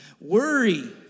Worry